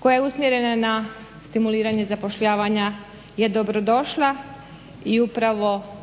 koja je usmjerena na stimuliranje zapošljavanja je dobro došla i upravo je treba